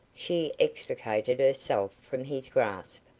she extricated herself from his grasp.